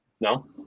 No